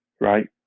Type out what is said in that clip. right